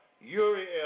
Uriel